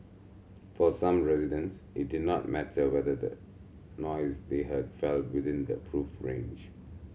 for some residents it did not matter whether the noise they heard fell within the approved range